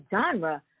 genre